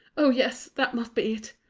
ah, yes, that must be it,